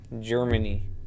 Germany